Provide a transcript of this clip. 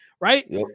right